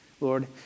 Lord